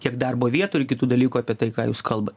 kiek darbo vietų ir kitų dalykų apie tai ką jūs kalbat